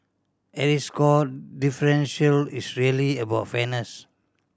at its core differential is really about fairness